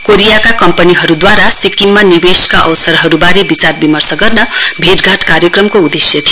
कोरियाका कम्पनीहरूद्वारा सिक्किममा निवेषका अवसरहरूबारे विचारविमर्श गर्नु यसको उदेश्य थियो